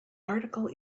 article